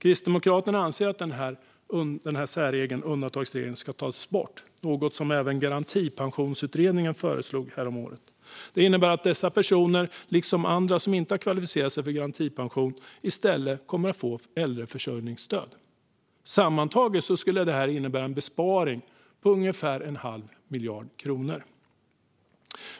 Kristdemokraterna anser att denna undantagsregel ska tas bort, något som även Garantipensionsutredningen föreslog häromåret. Det innebär att dessa personer, liksom andra som inte har kvalificerat sig för garantipension, i stället kommer att få äldreförsörjningsstöd. Sammantaget skulle detta innebära en besparing på ungefär en halv miljard kronor.